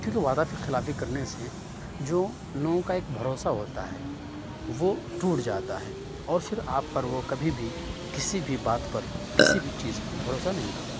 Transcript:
کیوں کہ وعدہ خلافی کرنے سے جو لوگوں کا ایک بھروسہ ہوتا ہے وہ ٹوٹ جاتا ہے اور پھر آپ پر وہ کبھی بھی کسی بھی بات پر کسی بھی چیز پر بھروسہ نہیں کرتا